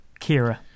Kira